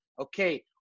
Okay